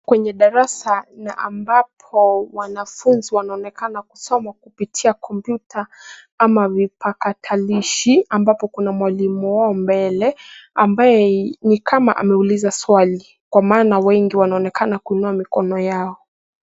Kwenye darasa na ambapo wanafunzi wanaonekana kusoma, kupitia kompyuta ama vipakatalishi, ambapo kuna mwalimu wao mbele, ambaye nikama ameuliza swali, kwa maana wengi wanaonekana kuinua mikono yao.